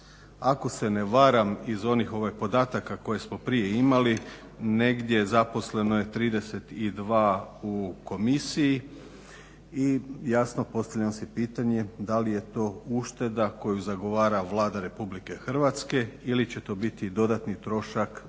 Ako se ne varam iz onih podataka koje smo prije imali negdje zaposleno je 32 u komisiji i jasno postavljam si pitanje da li je to ušteda koju zagovara Vlada RH ili će to biti dodatni trošak za